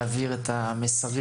להעביר את המסרים.